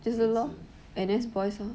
就是 lor N_S boys lor